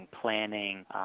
planning